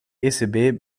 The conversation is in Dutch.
ecb